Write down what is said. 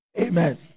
amen